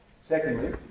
Secondly